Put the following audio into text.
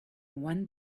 one